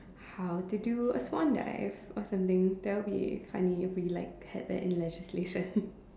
how to do a swan dive or something that will be funny if we like had that in like legislation